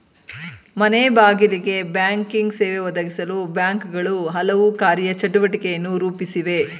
ಮನೆಬಾಗಿಲಿಗೆ ಬ್ಯಾಂಕಿಂಗ್ ಸೇವೆ ಒದಗಿಸಲು ಬ್ಯಾಂಕ್ಗಳು ಹಲವು ಕಾರ್ಯ ಚಟುವಟಿಕೆಯನ್ನು ರೂಪಿಸಿವೆ